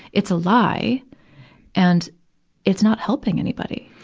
it's a lie and it's not helping anybody.